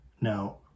now